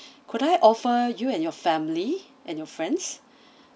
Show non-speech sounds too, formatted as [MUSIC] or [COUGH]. could I offer you and your family and your friends [BREATH]